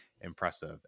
impressive